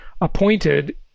appointed